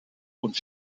und